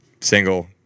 single